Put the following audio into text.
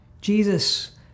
Jesus